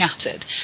shattered